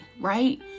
right